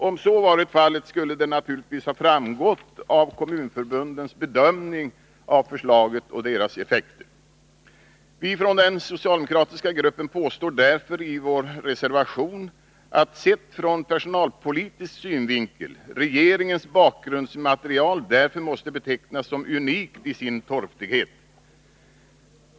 Om så varit fallet skulle det naturligtvis ha framgått av kommunförbundens bedömning av förslaget och deras effekter. Vi från den socialdemokratiska gruppen påstår därför i vår reservation att, sett från personalpolitisk synvinkel, regeringens bakgrundsmaterial måste betecknas som unikt i sin torftighet.